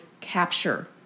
capture